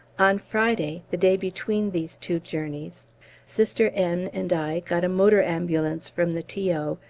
on friday the day between these two journeys sister n. and i got a motor ambulance from the t o.